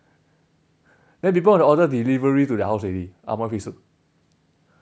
then people want to order delivery to their house already amoy fish soup